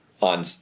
on